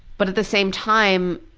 but at the same time